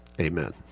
Amen